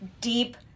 deep